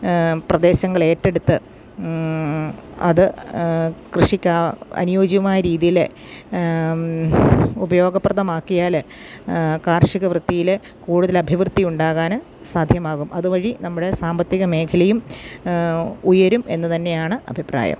പ്രദേശങ്ങള് ഏറ്റെടുത്ത് അത് കൃഷിക്ക് അനുയോജ്യമായ രീതിയില് ഉപയോഗപ്രദമാക്കിയാല് കാർഷികവൃത്തിയില് കൂടുതൽ അഭിവൃദ്ധിയുണ്ടാകാന് സാധ്യമാകും അതുവഴി നമ്മുടെ സാമ്പത്തിക മേഖലയും ഉയരുമെന്ന് തന്നെയാണ് അഭിപ്രായം